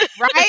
right